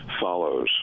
follows